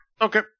Okay